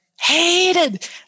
hated